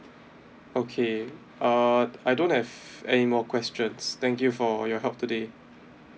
okay uh I don't have any more questions thank you for your help today